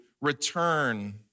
return